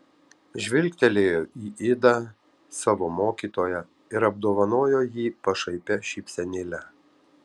žvilgtelėjo į idą savo mokytoją ir apdovanojo jį pašaipia šypsenėle